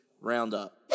Roundup